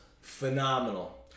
Phenomenal